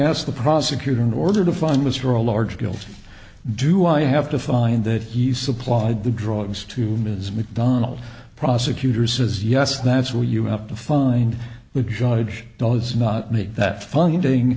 asked the prosecutor in order to find mr a large guilty do i have to find that he supplied the drugs to ms macdonald prosecutor says yes that's where you have to find the judge does not make that funding